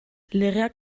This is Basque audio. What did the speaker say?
legeak